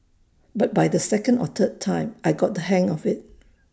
but by the second or third time I got the hang of IT